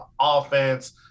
offense